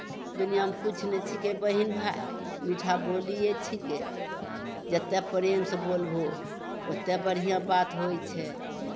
दुनिआँमे किछु नहि छिकै बहीन भाय मीठा बोलिये छिकै जतेक प्रेमसँ बोलबहो ओतेक बढ़िआँ बात होइ छै